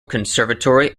conservatory